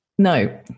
No